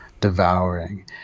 devouring